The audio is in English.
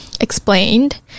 explained